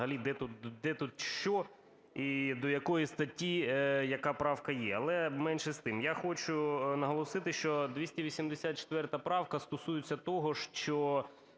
де тут що і до якої статті яка правка є. Але, менше з тим, я хочу наголосити, що 284 правка стосується того, що